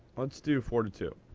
let's do four to two.